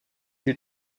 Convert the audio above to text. you